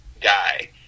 guy